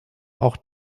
auch